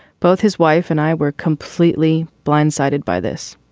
both his wife and i were completely blindsided by this.